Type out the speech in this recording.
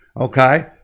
okay